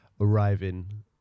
arriving